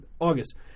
August